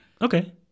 okay